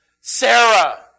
Sarah